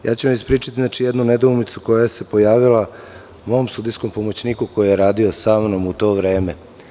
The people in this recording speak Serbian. Ispričaću vam jednu nedoumicu koja se pojavila mom sudijskom pomoćniku koji je radio sa mnom u to vreme.